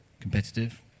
competitive